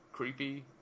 creepy